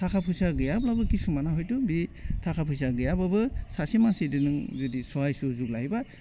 थाखा फैसा गैयाब्लाबो खिसुमाना हयथ' बे थाखा फैसा गैयाबाबो सासे मानसिजों नों जुदि सहाय सुजुग लायोबा